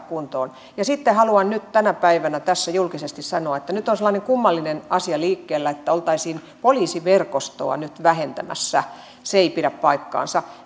kuntoon sitten haluan nyt tänä päivänä tässä julkisesti sanoa että nyt on sellainen kummallinen asia liikkeellä että oltaisiin poliisiverkostoa nyt vähentämässä se ei pidä paikkaansa